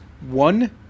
one